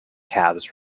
cabs